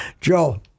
Joe